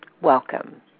Welcome